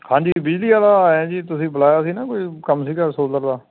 ਹਾਂਜੀ ਵੀਰ ਜੀ ਇਹਦਾ ਐਂ ਜੀ ਤੁਸੀਂ ਬੁਲਾਇਆ ਸੀ ਨਾ ਕੋਈ ਕੰਮ ਸੀਗਾ ਸੋਲਰ ਦਾ